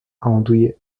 andouillé